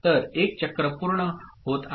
तर एक चक्र पूर्ण होत आहे